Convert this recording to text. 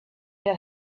that